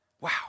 Wow